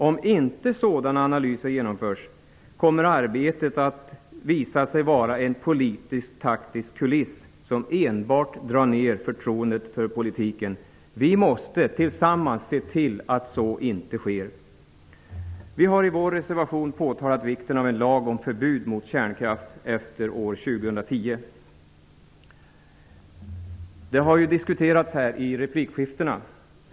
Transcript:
Om inte sådana analyser genomförs kommer arbetet att visa sig vara en politiskt-taktisk kuliss, som enbart drar ner förtroendet för politiken. Vi måste tillsammans se till att så inte sker. Vi har i vår reservation påpekat vikten av en lag om förbud mot kärnkraft efter år 2010. Detta har diskuterats i de tidigare replikskiftena.